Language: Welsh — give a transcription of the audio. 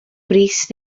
brys